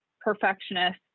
perfectionist